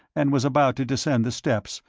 and was about to descend the steps,